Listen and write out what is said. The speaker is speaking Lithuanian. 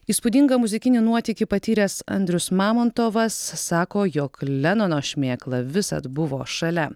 įspūdingą muzikinį nuotykį patyręs andrius mamontovas sako jog lenono šmėkla visad buvo šalia